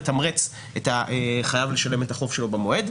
לתמרץ את החייב לשלם את החוב שלו במועד.